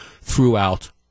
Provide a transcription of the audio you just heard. throughout